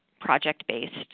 project-based